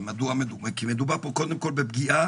כי מדובר פה קודם כל בפגיעה